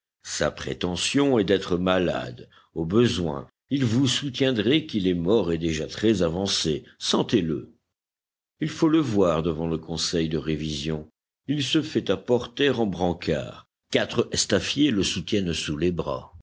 sa prétention est d'être malade au besoin il vous soutiendrait qu'il est mort et déjà très avancé sentez le il faut le voir devant le conseil de révision il se fait apporter en brancard quatre estafiers le soutiennent sous les bras